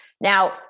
Now